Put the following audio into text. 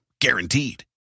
guaranteed